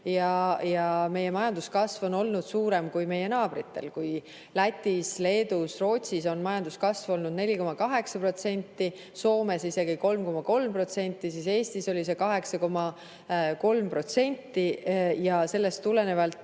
ja meie majanduskasv on olnud suurem kui meie naabritel. Kui Lätis, Leedus ja Rootsis oli majanduskasv 4,8%, Soomes isegi 3,3%, siis Eestis oli see 8,3%. Sellest tulenevalt